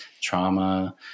trauma